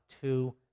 Two